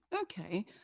Okay